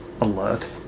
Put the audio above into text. alert